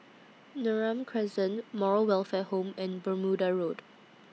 Neram Crescent Moral Welfare Home and Bermuda Road